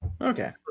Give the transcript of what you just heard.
okay